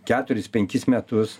keturis penkis metus